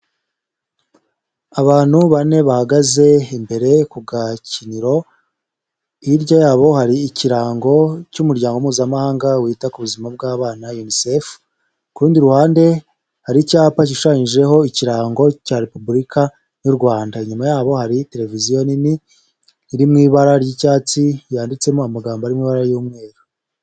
Abantu bane bahagaze imbere ku gakiniro, hirya yabo hari ikirango cy'umuryango mpuzamahanga wita ku buzima bw'abana Unicef, ku rundi ruhande hari icyapa gishushanyijeho ikirango cya Repubulika y'u Rwanda, inyuma yabo hari televiziyo nini iri mu ibara ry'icyatsi, yanditsemo amagambo ari mu ibara y'umweru.